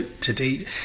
today